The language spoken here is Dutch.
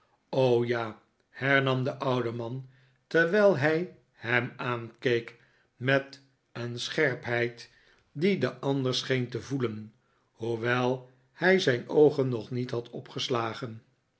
alles behalve de werkeeijke oorzaak hem aankeek met een scherpheid die de ander scheen te voelen hoewel hij zijn oogen nog niet had opgeslagen